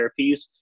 therapies